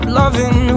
loving